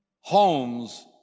homes